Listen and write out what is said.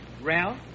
Ralph